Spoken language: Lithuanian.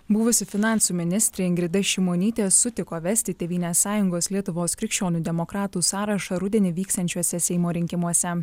buvusi finansų ministrė ingrida šimonytė sutiko vesti tėvynės sąjungos lietuvos krikščionių demokratų sąrašą rudenį vyksiančiuose seimo rinkimuose